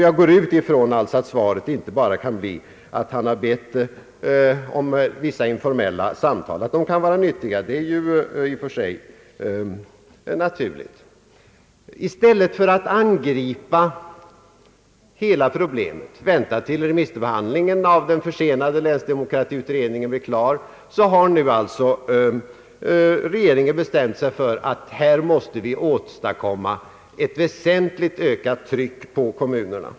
Jag utgår från att svaret inte endast kan bli att han bett om vissa informel la samtal, även om de naturligtvis i och för sig kan vara nyttiga. I stället för att angripa hela problemet och vänta till dess remissbehandlingen av den försenade länsdemokratiutredningen blir klar har alltså regeringen bestämt sig för att vi nu måste åstadkomma ett väsentligt ökat tryck på kommunerna.